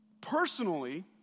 personally